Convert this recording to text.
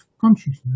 consciousness